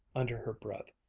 under her breath.